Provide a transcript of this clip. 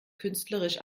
künstlerisch